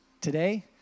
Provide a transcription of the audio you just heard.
today